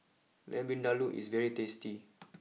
Lamb Vindaloo is very tasty